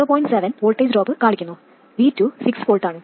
7 V voltage drop കാണിക്കുന്നു V2 6 V ആണ്